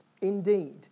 indeed